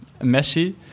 Messi